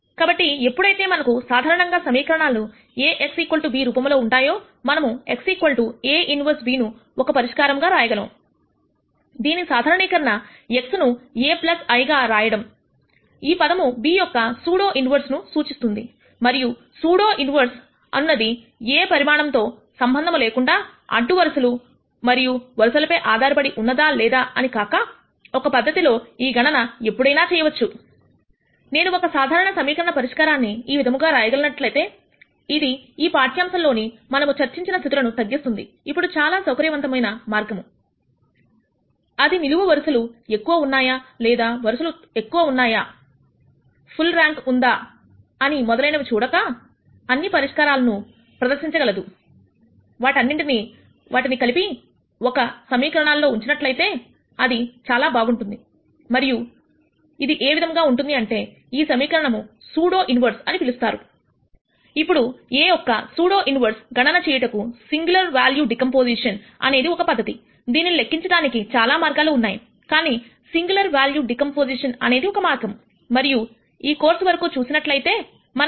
కాబట్టి ఎప్పుడైతే మన కు సాధారణంగా సమీకరణాలు a x bరూపములో ఉంటాయో మనము x A 1 b ను ఒక పరిష్కారంగా రాయగలము